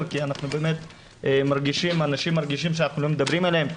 כי אנשים מרגישים שאנחנו לא מדברים עליהם,